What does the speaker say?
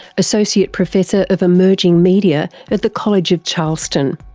associate professor of emerging media at the college of charleston,